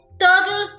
Turtle